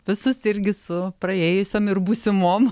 visus irgi su praėjusiom ir būsimom